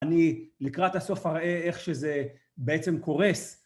אני לקראת הסוף אראה איך שזה בעצם קורס.